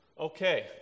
Okay